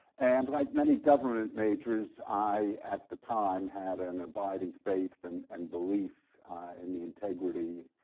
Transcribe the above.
and like many government majors, i at the time had an abiding faith and and belief in the integrity